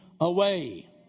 away